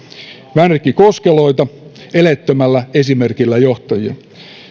vänrikkikoskeloita eleettömällä esimerkillä johtavia